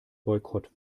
boykott